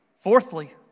Fourthly